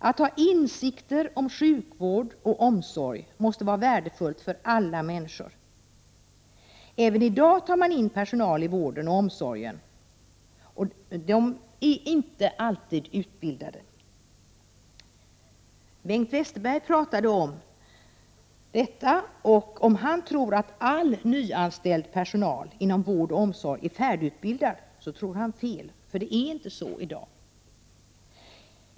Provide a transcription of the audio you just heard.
Att ha insikter om sjukvård och omsorg måste vara värdefullt för alla människor. Även i dag tar man in personal i vården och omsorgen som inte alltid är utbildad. Tror Bengt Westerberg att all nyanställd personal inom vård och omsorg är färdigutbildad, tror han fel. Det är inte så i dag.